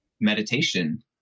meditation